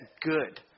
good